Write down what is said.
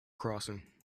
crossing